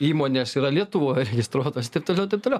įmonės yra lietuvoj registruotos taip toliau taip toliau